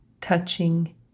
touching